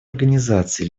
организации